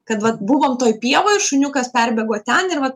kad vat buvom toj pievoj ir šuniukas perbėgo ten ir vat